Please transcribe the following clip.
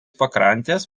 pakrantės